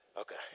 Okay